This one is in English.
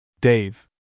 Dave